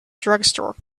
drugstore